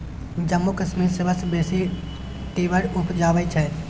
जम्मू कश्मीर सबसँ बेसी टिंबर उपजाबै छै